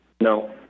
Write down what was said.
No